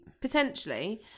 potentially